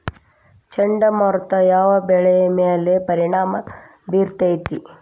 ಚಂಡಮಾರುತ ಯಾವ್ ಬೆಳಿ ಮ್ಯಾಲ್ ಪರಿಣಾಮ ಬಿರತೇತಿ?